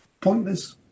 pointless